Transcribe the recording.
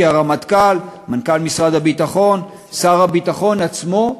כי הרמטכ"ל, מנכ"ל משרד הביטחון, שר הביטחון עצמו,